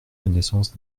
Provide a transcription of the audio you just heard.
connaissance